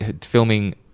Filming